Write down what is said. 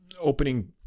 opening